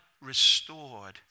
restored